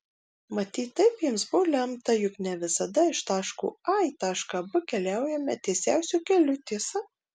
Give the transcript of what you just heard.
matyt taip jiems buvo lemta juk ne visada iš taško a į tašką b keliaujame tiesiausiu keliu tiesa